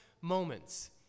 moments